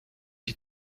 die